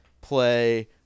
play